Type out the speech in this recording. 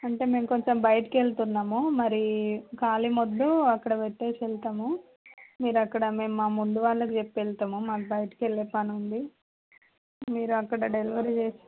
అంటే మేము కొంచెం బయటకి వెళ్తున్నాము మరి ఖాళీ మొద్దు అక్కడ పెట్టేసి వెళ్తాము మీరు అక్కడ మేం మా ముందు వాళ్ళకి చెప్పి వెళ్తాము మాకు బయటకి వెళ్ళే పనుంది మీరు అక్కడ డెలివరీ